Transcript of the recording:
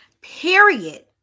Period